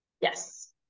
Yes